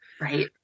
right